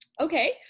Okay